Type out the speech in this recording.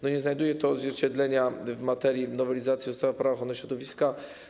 Nie znajduje to odzwierciedlenia w materii nowelizacji ustawy - Prawo ochrony środowiska.